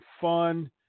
fun